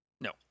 No